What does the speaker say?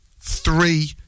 Three